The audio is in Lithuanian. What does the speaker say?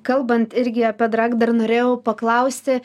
kalbant irgi apie drag dar norėjau paklausti